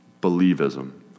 believism